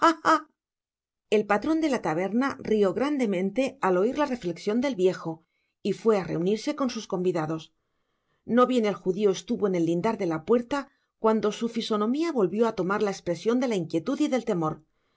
el patron de la taberna rió grandemente al oir la reflecsion del viejo y fue a reunirse con sus convidados no bien el judio estuvo en el lindar de la puerta cuando su fisonomia volvió á tomar la expresion de la inquietud y del temor